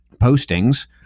postings